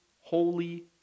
holy